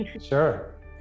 Sure